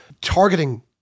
targeting